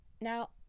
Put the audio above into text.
Now